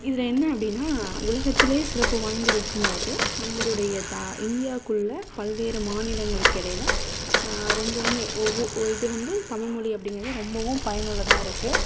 இதில் என்ன அப்படின்னா உலகத்துலேயே சிறப்பு வாய்ந்திருக்கும் போது நம்மளுடைய தா இந்தியாக்குள்ளே பல்வேறு மாநிலங்களுக்கிடைல ரொம்பவுமே ஒவ்வொரு இது வந்து தமிழ் மொழி அப்படிங்கிறது ரொம்பவும் பயனுள்ளதாக இருக்குது